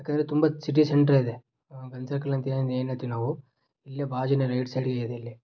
ಏಕಂದ್ರೆ ತುಂಬ ಸಿಟಿ ಸೆಂಟ್ರೇ ಇದೆ ಗನ್ ಸರ್ಕಲ್ ಅಂತೇನು ಏನು ಹೇಳ್ತೀವ್ ನಾವು ಇಲ್ಲೇ ಬಾಜುನೇ ರೈಟ್ ಸೈಡಿಗೆ ಇದೆ ಇಲ್ಲಿ